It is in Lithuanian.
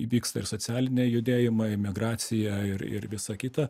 įvyksta ir socialiniai judėjimai emigracija ir ir visa kita